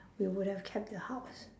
we would have kept the house